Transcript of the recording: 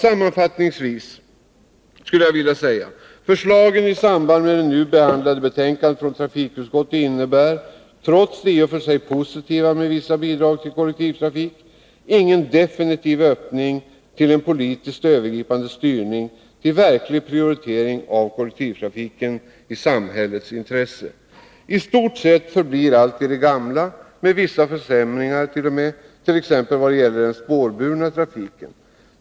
Sammanfattningsvis vill jag säga: Förslagen i samband med det nu behandlade betänkandet från trafikutskottet innebär — trots det i och för sig positiva med vissa bidrag till kollektivtrafiken — ingen definitiv öppning för en politiskt övergripande styrning till verklig prioritering av kollektivtrafiken i samhällets intresse. I stort sett förblir allt vid det gamla, t.o.m. med vissa försämringar, exempelvis i vad gäller den spårburna trafiken.